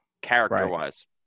character-wise